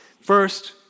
First